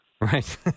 Right